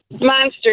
Monster